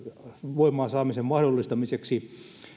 voimaan saamisen mahdollistamiseksi jos